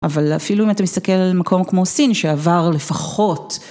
אבל אפילו אם אתה מסתכל על מקום כמו סין, שעבר לפחות.